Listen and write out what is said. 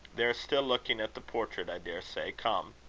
they are still looking at the portrait, i daresay. come.